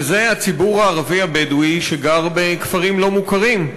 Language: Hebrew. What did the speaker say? וזה הציבור הערבי הבדואי שגר בכפרים לא מוכרים.